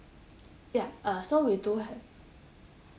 yup uh so we do have